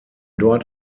dort